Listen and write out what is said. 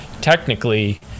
technically